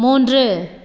மூன்று